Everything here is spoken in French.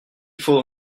faudra